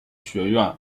学院